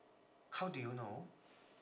how do you know